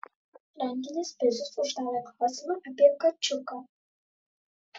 rankinis pizius uždavė klausimą apie kačiuką